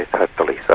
hopefully so.